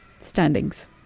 standings